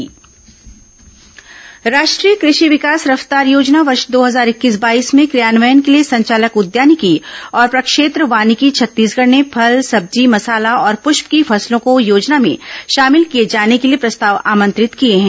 कृषि विकास रफ्तार योजना राष्ट्रीय कृषि विकास रफ्तार योजना वर्ष दो हजार इक्कीस बाईस में क्रियान्वयन के लिए संचालक उद्यानिकी और प्रक्षेत्र वानिकी छत्तीसगढ़ ने फल सब्जी मसाला और पृष्प की फसलों को योजना में शामिल किए जाने के लिए प्रस्ताव आमंत्रित किए हैं